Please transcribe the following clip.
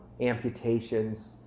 amputations